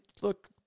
Look